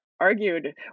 argued